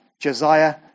Josiah